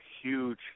huge